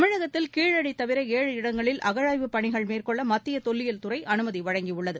தமிழகத்தில் கீழடி தவிர ஏழு இடங்களில் அகழாய்வு பணிகள் மேற்கொள்ள மத்திய தொல்லியல் துறை அனுமதி வழங்கியுள்ளது